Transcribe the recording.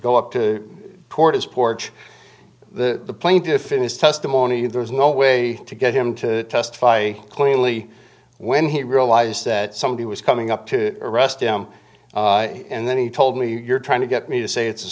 go up to court his porch the plaintiff in his testimony there's no way to get him to testify cleanly when he realized that somebody was coming up to arrest him and then he told me you're trying to get me to say it's a